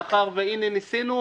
מאחר והנה ניסינו,